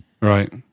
Right